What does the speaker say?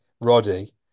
Roddy